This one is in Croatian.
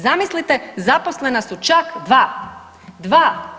Zamislite zaposlena su čak 2, dva.